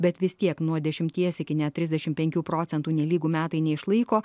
bet vis tiek nuo dešimties iki net trisdešimt penkių procentų nelygu metai neišlaiko